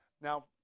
Now